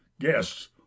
guests